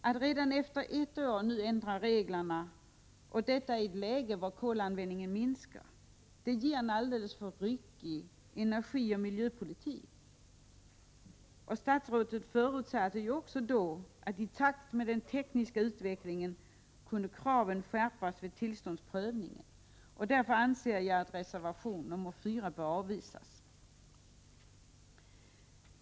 Att redan efter ett år nu ändra reglerna —i ett läge då kolanvändningen minskar — ger en alltför ryckig energioch miljöpolitik. Statsrådet förutsatte också att i takt med den tekniska utvecklingen kraven kunde skärpas vid tillståndsprövningen. Därför anser jag att reservation 4 bör avvisas.